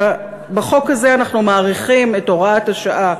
בחוק הזה אנחנו מאריכים את הוראת השעה